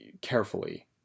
carefully